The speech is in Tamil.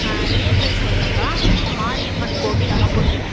நியர்பை சொல்கிறேங்க்கா மாரியம்மன் கோவில் ஆப்போசிட்